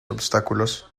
obstáculos